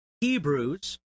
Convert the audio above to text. Hebrews